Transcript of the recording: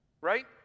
right